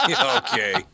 Okay